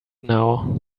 now